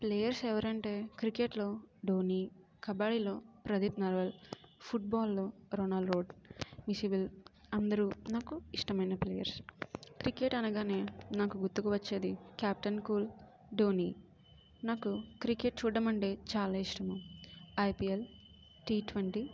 players ఎవరు అంటే క్రికెట్లో ధోని కబడీలో ప్రదీప్ నర్వల్ ఫుట్బాల్లో రొనాల్ రోడ్ నిషివిల్ అందరూ నాకు ఇష్టమైన ప్లేయర్స్ క్రికెట్ అనగానే నాకు గుర్తుకు వచ్చేది క్యాప్టన్ కూల్ ధోని నాకు క్రికెట్ చూడటం అంటే చాలా ఇష్టము ఐపీఎల్ టి ట్వంటీ